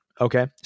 Okay